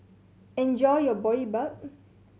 enjoy your Boribap